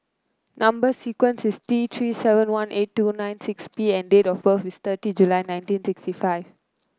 number sequence is T Three seven one eight two nine six P and date of birth is thirty July nineteen sixty five